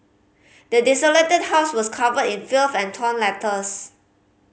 the desolated house was covered in filth and torn letters